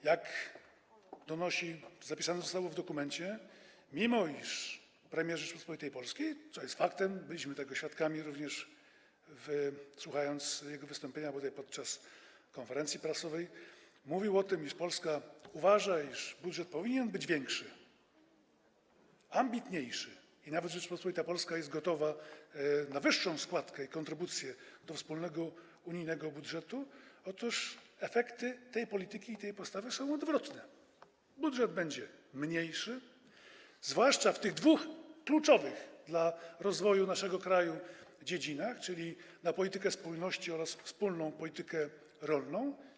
Jak zapisane zostało w dokumencie, mimo iż premier Rzeczypospolitej Polskiej - co jest faktem, byliśmy tego świadkami, również słuchając jego wystąpienia bodaj podczas konferencji prasowej - mówił o tym, iż Polska uważa, że budżet powinien być większy, ambitniejszy i że nawet Rzeczpospolita Polska jest gotowa na wyższą składkę, kontrybucję, do wspólnego unijnego budżetu, efekty tej polityki i tej postawy są odwrotne - budżet będzie mniejszy, zwłaszcza w tych dwóch kluczowych dla rozwoju naszego kraju dziedzinach, czyli na politykę spójności oraz wspólną politykę rolną.